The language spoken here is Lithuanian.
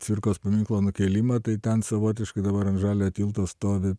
cvirkos paminklo nukėlimą tai ten savotiškai dabar ant žaliojo tilto stovi